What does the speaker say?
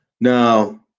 Now